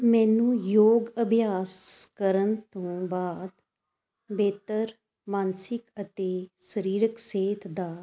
ਮੈਨੂੰ ਯੋਗ ਅਭਿਆਸ ਕਰਨ ਤੋਂ ਬਾਅਦ ਬਿਹਤਰ ਮਾਨਸਿਕ ਅਤੇ ਸਰੀਰਕ ਸਿਹਤ ਦਾ